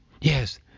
Yes